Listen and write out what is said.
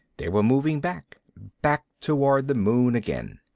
they were moving back, back toward the moon again.